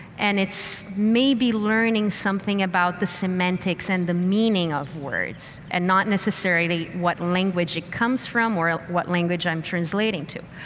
and it's maybe learning something about the semantics and the meaning of words and not necessarily what language it comes from other what language i'm translating to.